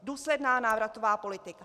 Důsledná návratová politika.